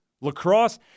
lacrosse